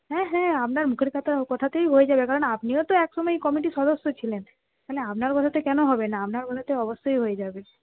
হ্যাঁ হ্যাঁ আপনার মুখের কথা কথাতেই হয়ে যাবে কারণ আপনিও তো একসময় এই কমিটির সদস্য ছিলেন তাহলে আপনার কথাতে কেন হবে না আপনার কথাতে অবশ্যই হয়ে যাবে